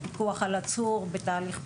הוא פיקוח על עצור בתהליך פלילי.